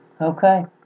Okay